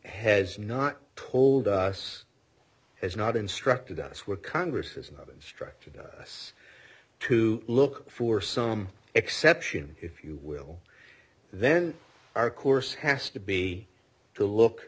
heads not told us is not instructed us where congress is not instructed us to look for some exception if you will then our course has to be to look